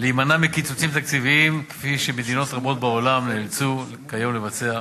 להימנע מקיצוצים תקציביים כפי שמדינות רבות בעולם נאלצו כיום לבצע.